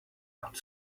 but